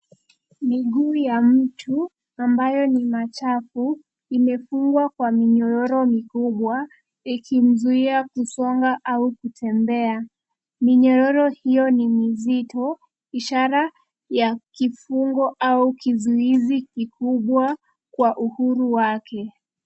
Miguu ya mtu ambayo ni machafu imefungwa kwa minyororo mikubwa ikimzuia kusonga au kutembea. Minyororo hiyo ni mizito, ishara ya kifungo au kizuizi kikubwa kwa uhuru wake.